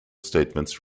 statements